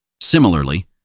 Similarly